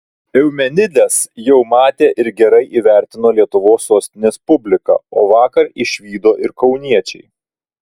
eumenides jau matė ir gerai įvertino lietuvos sostinės publika o vakar išvydo ir kauniečiai